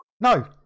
No